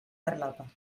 farlopa